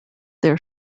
their